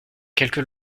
quelques